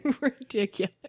ridiculous